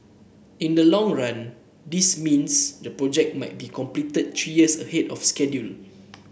in the long run this means the project might be completed three years ahead of schedule